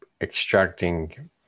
extracting